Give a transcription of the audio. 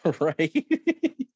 Right